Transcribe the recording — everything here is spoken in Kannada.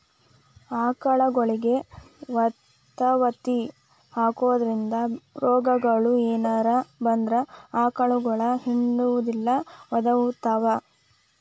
ಆಕಳಗೊಳಿಗೆ ವತವತಿ ಹಾಕೋದ್ರಿಂದ ರೋಗಗಳು ಏನರ ಬಂದ್ರ ಆಕಳಗೊಳ ಹಿಂಡುದಿಲ್ಲ ಒದಕೊತಾವ